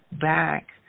Back